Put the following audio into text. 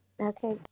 okay